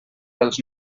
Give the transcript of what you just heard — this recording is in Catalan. dels